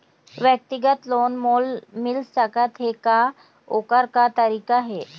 व्यक्तिगत लोन मोल मिल सकत हे का, ओकर का तरीका हे?